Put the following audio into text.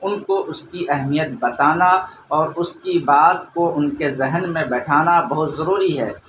ان کو اس کی اہمیت بتانا اور اس کی بات کو ان کے ذہن میں بیٹھانا بہت ضروری ہے